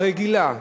הרגילה,